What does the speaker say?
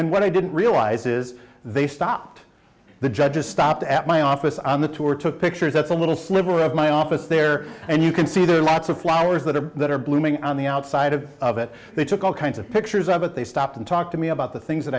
and what i didn't realize is they stopped the judges stopped at my office on the tour took pictures that's a little sliver of my office there and you can see there are lots of flowers that have that are blooming on the outside of of it they took all kinds of pictures of it they stop and talk to me about the things that